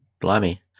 Blimey